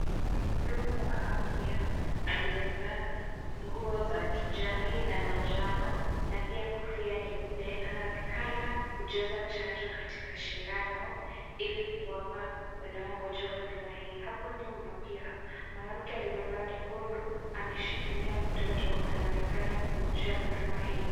Mhudumu wa afya aliyevaa nguo za kijani na manjano na pia kofia nyeupe anaonekana kujaza chanjo katika sindano ili kuwapa wanaongoja huduma hii. Hapo nyuma pia mwanamke aliyevaa nyekundu ameshikilia mtoto anaonekana kungojea huduma hii.